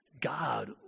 God